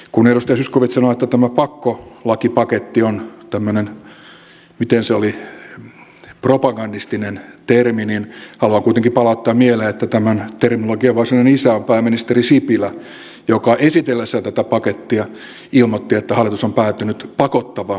kun edustaja zyskowicz sanoi että tämä pakkolakipaketti on tämmöinen miten se oli propagandistinen termi niin haluan kuitenkin palauttaa mieleen että tämän terminologian varsinainen isä on pääministeri sipilä joka esitellessään tätä pakettia ilmoitti että hallitus on päätynyt pakottavaan lainsäädäntöön